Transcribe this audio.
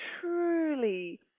truly